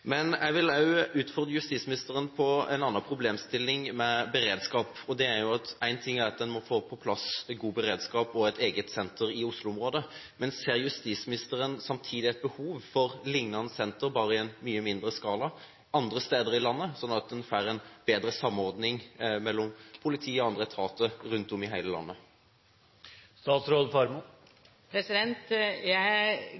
Jeg vil også utfordre justisministeren på en annen problemstilling når det gjelder beredskap. Én ting er at en må få på plass god beredskap og et eget senter i Oslo-området, men ser justisministeren samtidig et behov for lignende senter, bare i en mye mindre skala, andre steder i landet, sånn at en får en bedre samordning mellom politi og andre etater rundt om i hele landet?